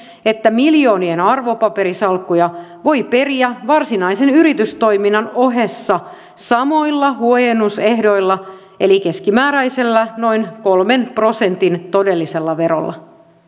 että miljoonien arvopaperisalkkuja voi periä varsinaisen yritystoiminnan ohessa samoilla huojennusehdoilla eli keskimääräisellä noin kolmen prosentin todellisella verolla